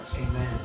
Amen